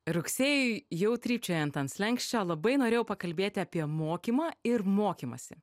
rugsėjui jau trypčiojant ant slenksčio labai norėjau pakalbėti apie mokymą ir mokymąsi